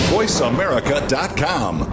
VoiceAmerica.com